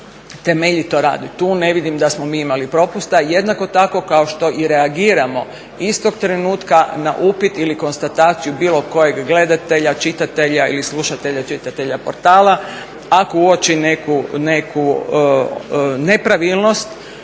temeljito radi. Tu ne vidim da smo mi imali propusta. Jednako tako kao što i reagiramo istog trenutka na upit ili konstataciju bilo kojeg gledatelja, čitatelja ili slušatelja, čitatelja portala, ako uoči neku nepravilnost